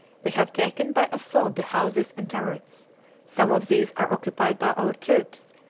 we have taken by assault the houses and turrets some of these are occupied by our troops,